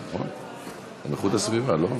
הסביבה,